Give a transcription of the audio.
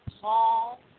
Paul